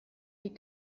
die